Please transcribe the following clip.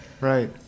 right